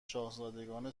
شاهزادگان